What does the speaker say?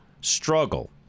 struggle